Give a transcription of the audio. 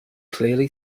clearly